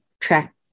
track